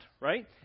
right